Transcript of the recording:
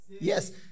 yes